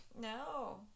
No